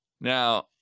Now